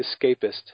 escapist